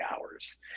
hours